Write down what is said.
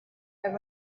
there